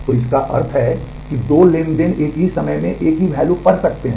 तो जिसका अर्थ है कि दो ट्रांज़ैक्शन एक ही समय में एक वैल्यू कहा जाता है